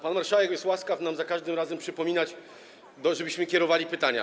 Pan marszałek jest łaskaw nam za każdym razem przypominać, żebyśmy odpowiednio kierowali pytania.